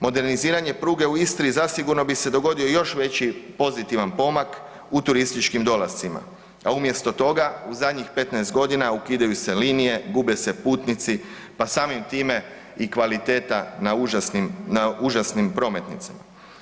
Moderniziranjem pruge u Istri zasigurno bi se dogodio još veći pozitivan pomak u turističkim dolascima, a umjesto toga u zadnjih 15 godina ukidaju se linije, gube se putnici pa samim time i kvaliteta na užasnim prometnicama.